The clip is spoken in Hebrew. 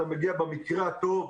אתה מגיע במקרה הטוב,